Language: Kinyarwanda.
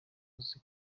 uzi